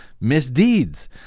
misdeeds